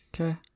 Okay